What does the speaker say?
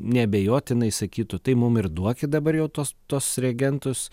neabejotinai sakytų tai mum ir duokit dabar jau tos tuos reagentus